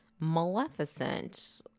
Maleficent